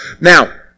Now